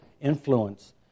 influence